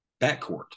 backcourt